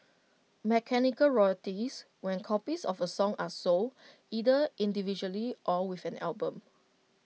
mechanical royalties when copies of A song are sold either individually or with an album